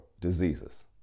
diseases